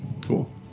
Cool